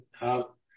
out